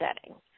settings